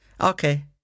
Okay